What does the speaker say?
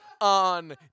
on